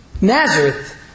Nazareth